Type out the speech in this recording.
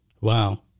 Wow